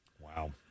Wow